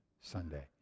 Sunday